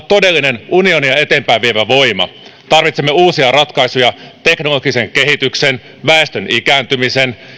todellinen unionia eteenpäin vievä voima tarvitsemme uusia ratkaisuja teknologian kehityksen väestön ikääntymisen